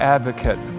Advocate